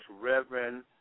Reverend